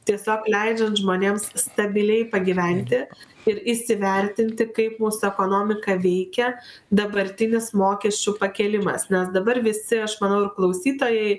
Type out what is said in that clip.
tiesiog leidžiant žmonėms stabiliai pagyventi ir įsivertinti kaip mūsų ekonomiką veikia dabartinis mokesčių pakėlimas nes dabar visi aš manau ir klausytojai